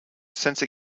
since